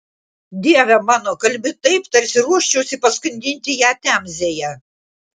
dieve mano kalbi taip tarsi ruoščiausi paskandinti ją temzėje